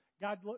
God